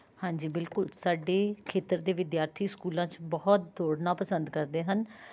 ਹਾਂਜੀ ਬਿਲਕੁਲ ਸਾਡੇ ਖੇਤਰ ਦੇ ਵਿਦਿਆਰਥੀ ਸਕੂਲਾਂ 'ਚ ਬਹੁਤ ਦੌੜਨਾ ਪਸੰਦ ਕਰਦੇ ਹਨ